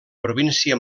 província